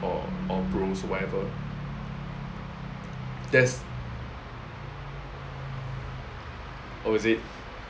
or or bros whatever that's oh is it